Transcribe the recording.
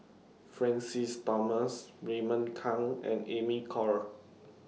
Francis Thomas Raymond Kang and Amy Khor